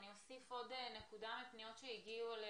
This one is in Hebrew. אני אוסיף עוד נקודה מפניות שהגיעו אלינו,